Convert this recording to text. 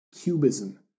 Cubism